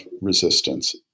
resistance